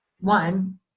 one